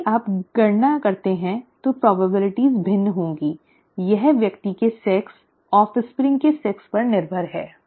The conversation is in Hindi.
यदि आप गणना करते हैं तो संभावनाएं भिन्न होंगी यह व्यक्ति के लिंग ऑफ़स्प्रिंग के लिंग पर निर्भर है